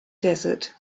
desert